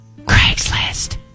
Craigslist